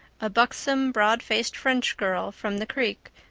a buxom, broad-faced french girl from the creek,